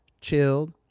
chilled